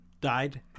died